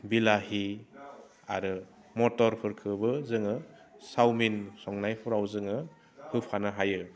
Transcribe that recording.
बिलाहि आरो मटरफोरखौबो जोङो चावमिन संनायफ्राव जोङो होफानो हायो